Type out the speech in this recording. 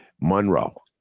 Monroe